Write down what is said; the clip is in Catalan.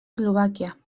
eslovàquia